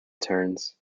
terns